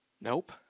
Nope